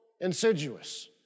insidious